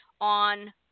On